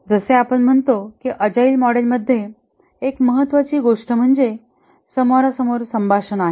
जसे आपण म्हणतो की अजाईल मॉडेल मध्ये एक महत्वाची गोष्ट म्हणजे समोरासमोर संभाषण आहे